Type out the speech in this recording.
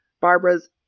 Barbara's